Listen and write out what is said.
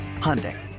Hyundai